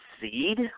seed